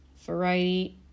variety